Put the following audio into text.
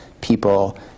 people